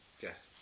Yes